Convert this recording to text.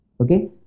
Okay